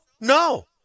no